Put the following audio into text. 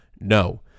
No